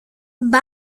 μπα